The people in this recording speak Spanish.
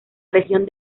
región